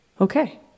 Okay